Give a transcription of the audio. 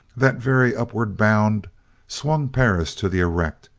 that very upward bound swung perris to the erect,